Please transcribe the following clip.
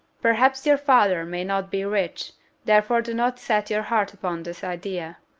perhaps your father may not be rich therefore do not set your heart upon this idea.